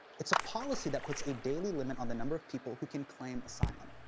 it's a policy that puts a daily limit on the number of people who can claim asylum.